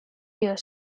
deer